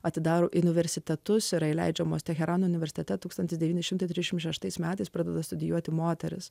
atidaro universitetus yra įleidžiamos teherano universitete tūkstantis devyni šimtai trisdešimt šeštais metais pradeda studijuoti moteris